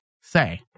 say